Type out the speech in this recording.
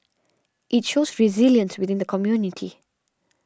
it shows resilience within the community